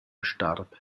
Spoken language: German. starb